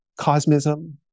cosmism